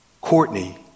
Courtney